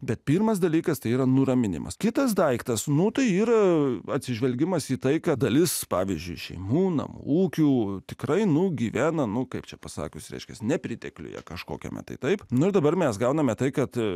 bet pirmas dalykas tai yra nuraminimas kitas daiktas notoje ir atsižvelgimas į tai kad dalis pavyzdžiui šeimų namų ūkių tikrai nugyveno nu kaip čia pasakius reiškiasi nepritekliuje kažkokiame tai taip na dabar mes gauname tai kad